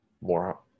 more